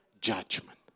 judgment